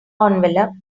envelope